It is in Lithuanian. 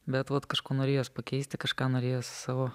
bet vat kažko norėjos pakeisti kažką norėjos savo